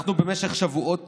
אנחנו במשך שבועות